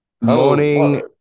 Morning